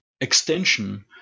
extension